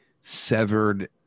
severed